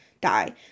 die